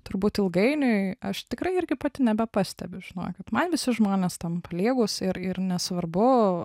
turbūt ilgainiui aš tikrai irgi pati nebepastebiu žinokit man visi žmonės tampa lygūs ir ir nesvarbu